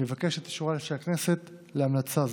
אני אבקש את אישורה של הכנסת להמלצה זו.